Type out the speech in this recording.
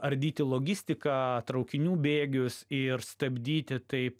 ardyti logistiką traukinių bėgius ir stabdyti taip